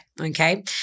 okay